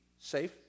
safe